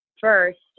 first